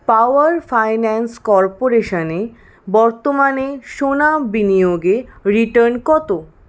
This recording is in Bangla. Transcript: পাওয়ার ফাইন্যান্স কর্পোরেশানে বর্তমানে সোনা বিনিয়োগে রিটার্ন কত